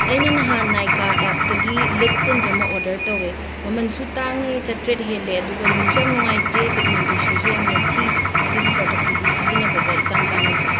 ꯑꯩꯅ ꯅꯍꯥꯟ ꯅꯥꯏꯀꯥ ꯑꯦꯞꯇꯒꯤ ꯂꯤꯞ ꯇꯤꯟꯠ ꯑꯃ ꯑꯣꯔꯗꯔ ꯇꯧꯋꯦ ꯃꯃꯜꯁꯨ ꯇꯥꯡꯉꯦ ꯆꯥꯇ꯭ꯔꯦꯠ ꯍꯦꯜꯂꯦ ꯑꯗꯨꯒ ꯅꯨꯡꯁꯨ ꯌꯥꯝ ꯅꯨꯡꯉꯥꯏꯇꯦ ꯄꯤꯛꯃꯦꯟꯇꯦꯁꯟ ꯌꯥꯝꯅ ꯊꯤ ꯑꯗꯨꯒꯤ ꯄ꯭ꯔꯣꯗꯛꯇꯨꯗꯤ ꯁꯤꯖꯤꯟꯅꯕꯗ ꯏꯀꯥꯟ ꯀꯥꯟꯅꯗꯔꯦ